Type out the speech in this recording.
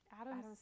Adam